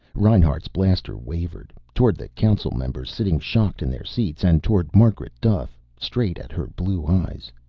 reinhart's blaster wavered toward the council members sitting shocked in their seats, and toward margaret duffe, straight at her blue eyes.